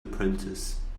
apprentice